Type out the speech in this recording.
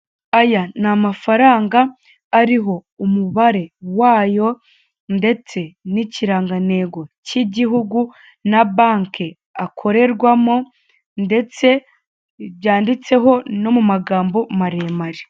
Aya ni amafaranga ariho umubare wayo, ndetse n'ikirangantego cy'igihugu, na banke akorerwamo, ndetse byanditseho no mu magambo maremare.